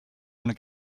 wanna